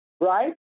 right